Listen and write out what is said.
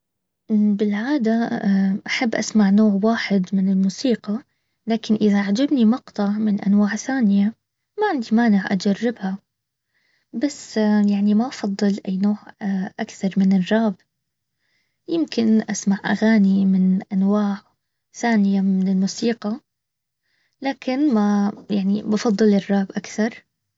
بالعادة احب اسمع نوع واحد من الموسيقى لكن اذا عجبني مقطع من انواع ثانية ما عندي مانع اجربها بس يعني ما افضل اي نوع اكثر من الراب يمكن اسمع اغاني من انواع ثانية من الموسيقى لكن ما يعني بفضل الراب اكثر